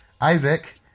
Isaac